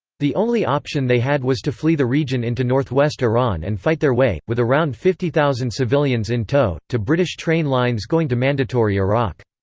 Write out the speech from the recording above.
the only option they had was to flee the region into northwest iran and fight their way, with around fifty thousand civilians in tow, to british train lines going to mandatory iraq.